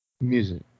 Music